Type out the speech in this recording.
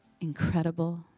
incredible